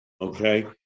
Okay